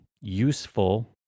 useful